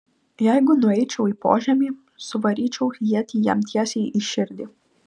jeigu nueičiau į požemį suvaryčiau ietį jam tiesiai į širdį